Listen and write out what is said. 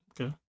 Okay